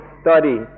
study